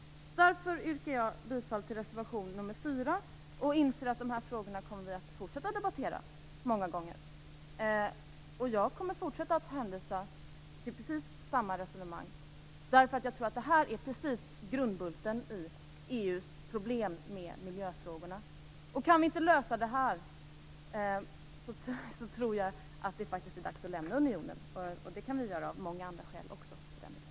Därför yrkar jag bifall till reservation 4. Jag inser att vi i fortsättningen kommer att debattera de här frågorna många gånger. Jag kommer att fortsätta att hänvisa till precis samma resonemang, för jag tror att just det här är grundbulten i EU:s problem med miljöfrågorna. Kan vi inte lösa det här, så tror jag faktiskt att det är dags att lämna unionen. Det kan vi göra av många andra skäl också för den delen.